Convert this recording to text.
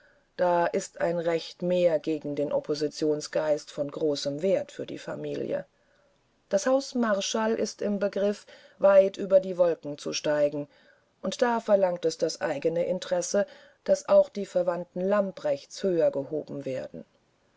da ist ein recht mehr gegen den oppositionsgeist von großem wert für die familie das haus marschall ist im begriff bis über die wolken zu steigen und da verlangt es das eigene interesse daß auch die verwandten lamprechts höher gehoben werden